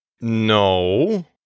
No